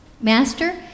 Master